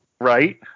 Right